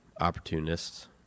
opportunists